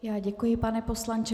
Já děkuji, pane poslanče.